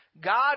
God